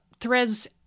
Threads